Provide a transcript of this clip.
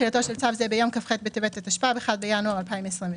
תחילתו של צו זה ביום כ"ח בטבת התשפ"ב (1 בינואר 2022 )".